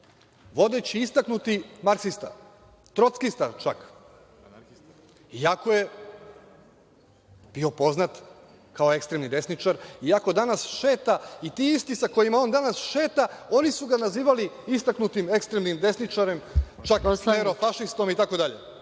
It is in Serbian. vodeći i istaknuti Marksista, Trockista čak, iako je bio poznat kao ekstremni desničar, iako danas šeta i ti isti sa kojima on danas šeta, oni su ga nazivali istaknuti ekstremnim desničarem, čak klerofašistom itd.